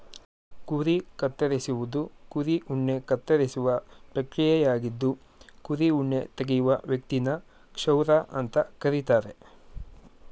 ಕುರಿ ಕತ್ತರಿಸುವುದು ಕುರಿ ಉಣ್ಣೆ ಕತ್ತರಿಸುವ ಪ್ರಕ್ರಿಯೆಯಾಗಿದ್ದು ಕುರಿ ಉಣ್ಣೆ ತೆಗೆಯುವ ವ್ಯಕ್ತಿನ ಕ್ಷೌರ ಅಂತ ಕರೀತಾರೆ